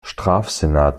strafsenat